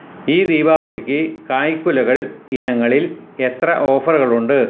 ഈ ദീപാവലിക്ക് കായ്ക്കുലകൾ ഇനങ്ങളിൽ എത്ര ഓഫറുകളുണ്ട്